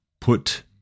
put